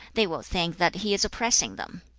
they will think that he is oppressing them.